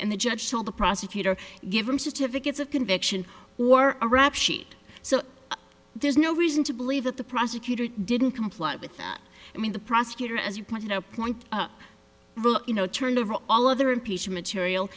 and the judge told the prosecutor give him certificates of conviction or a rap sheet so there's no reason to believe that the prosecutor didn't comply with that i mean the prosecutor as you pointed out point you know turned over all other impeach material